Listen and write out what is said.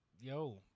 Yo